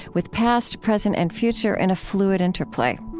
with past, present, and future in a fluid interplay.